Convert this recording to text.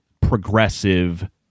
progressive